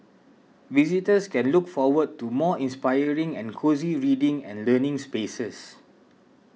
visitors can look forward to more inspiring and cosy reading and learning spaces